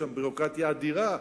יש שם ביורוקרטיה אדירה,